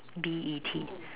B E T